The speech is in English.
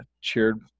cheered